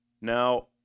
Now